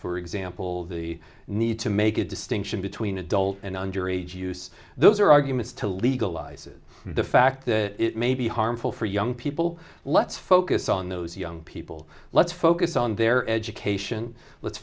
for example the need to make a distinction between adult and under age use those are arguments to legalize the fact that it may be harmful for young people let's focus on those young people let's focus on their education let's